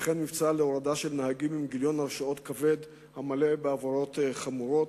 ומבצע להורדת נהגים עם גיליון הרשעות כבד המלא בעבירות חמורות.